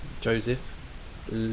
Joseph